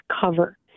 cover